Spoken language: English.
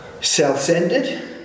self-centered